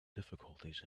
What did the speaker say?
difficulties